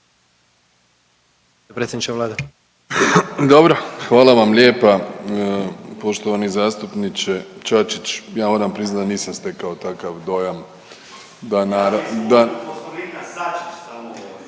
hvala vam lijepa poštovani zastupniče Čačić. Ja moram priznati da nisam stekao takav dojam